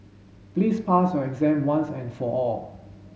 please pass your exam once and for all